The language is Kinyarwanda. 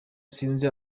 sinzi